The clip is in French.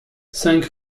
cinq